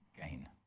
gain